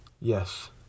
Yes